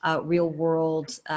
real-world